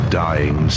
dying